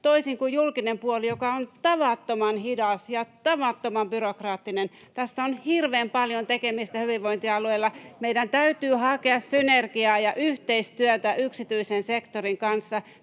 toisin kuin julkinen puoli, joka on tavattoman hidas ja tavattoman byrokraattinen. Tässä on hirveän paljon tekemistä hyvinvointialueilla. Meidän täytyy hakea synergiaa ja yhteistyötä yksityisen sektorin kanssa.